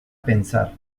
pensar